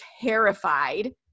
terrified